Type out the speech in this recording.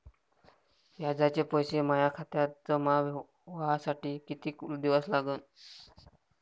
व्याजाचे पैसे माया खात्यात जमा व्हासाठी कितीक दिवस लागन?